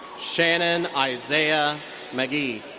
shanen isaiah mcgee.